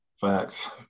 Facts